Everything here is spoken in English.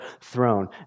throne